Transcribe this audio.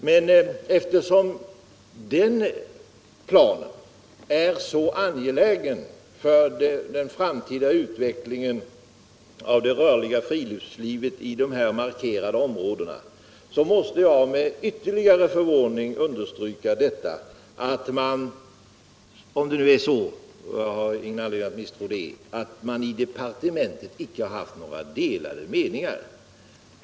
Men eftersom ett genomförande av riksplanen är så angeläget för den framtida utvecklingen av det rörliga friluftslivet i dessa områden måste jag ytterliga understryka min förvåning över att det i departementet — om det nu är så som bostadsministern säger, och jag har ingen anledning att betvivla det — icke förekommit några delade meningar.